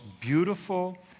beautiful